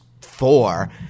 four